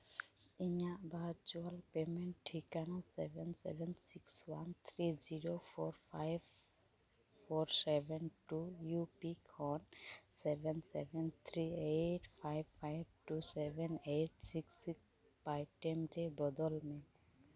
ᱤᱧᱟᱹᱜ virtual payment ᱴᱷᱤᱠᱟᱱᱟ seven seven six one three zero four five four seven two U P ᱠᱷᱚᱱ seven seven three eight five five two seven eight six six Paytm ᱨᱮ ᱵᱚᱫᱚᱞ ᱢᱮ